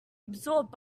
absorbed